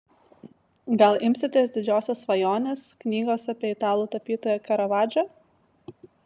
gal imsitės didžiosios svajonės knygos apie italų tapytoją karavadžą